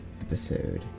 episode